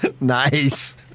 Nice